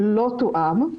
לא תואמה.